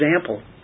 example